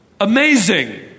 amazing